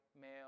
male